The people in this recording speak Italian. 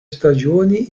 stagioni